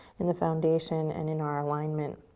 in the foundation and in our alignment.